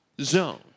zone